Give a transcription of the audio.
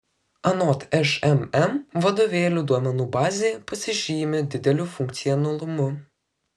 anot šmm vadovėlių duomenų bazė pasižymi dideliu funkcionalumu